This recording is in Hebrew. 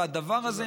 הדבר הזה,